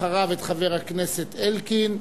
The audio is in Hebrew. ואחריו, את חבר הכנסת אלקין.